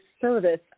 service